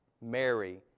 Mary